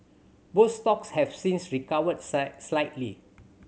both stocks have since recovered slightly